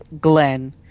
Glenn